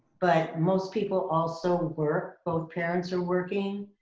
but most people also work, both parents are working,